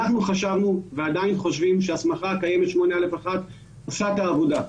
אנחנו חשבנו ועדיין חושבים שההסמכה הקיימת 8(א)(1) עושה את העבודה.